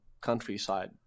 countryside